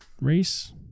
race